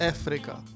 Africa